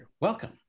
Welcome